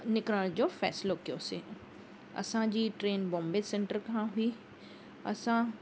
निकिरण जो फैसलो कयोसीं असांजी ट्रेन बॉम्बे सैंटर खां हुई असां